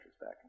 back